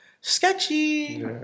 sketchy